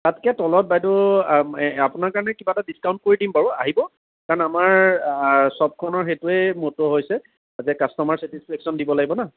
তাতকে অতলত বাইদেউ আপোনাৰ কাৰণে কিবা এটা ডিস্কাউণ্ট কৰি দিম বাৰু আহিব কাৰণ আমাৰ শ্বপখনৰ সেইটোয়ে ম'ট' হৈছে কাষ্টমাৰ চেটিচফেকশ্যন দিব লাগিব না